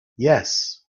yes